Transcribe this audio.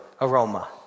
aroma